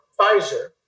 Pfizer